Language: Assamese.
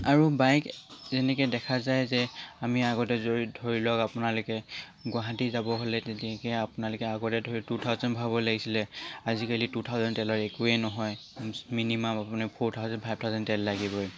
আৰু বাইক তেনেকৈ দেখা যায় যে আমি আগতে যদি ধৰি লওক আপোনালোকে গুৱাহাটী যাব হ'লে তেতিয়া কি হয় আপোনালোকে আগতে ধৰি লওক টু থাউজেণ্ড ভৰাব লাগিছিলে আজিকালি টু থাউজেণ্ড তেলৰ একোৱে নহয় মিনিমাম আপুনি ফ'ৰ থাউজেণ্ড ফাইভ থাউজেণ্ড তেল লাগিবই